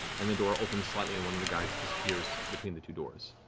and the door opens slightly and one of the guys disappears between the two doors.